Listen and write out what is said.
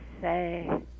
say